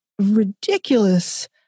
ridiculous